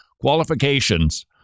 qualifications